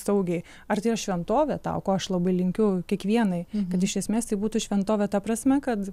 saugiai ar tai yra šventovė tau ko aš labai linkiu kiekvienai kad iš esmės tai būtų šventovė ta prasme kad